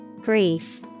Grief